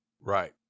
Right